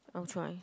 I will try